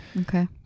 Okay